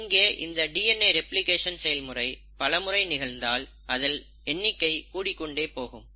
இங்கே இந்த DNA replication செயல்முறை பலமுறை நிகழ்ந்தால் அதன் எண்ணிக்கை கூடிக்கொண்டே போகும்